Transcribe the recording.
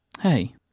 Hey